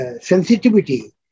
sensitivity